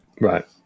Right